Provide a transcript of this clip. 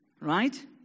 right